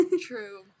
True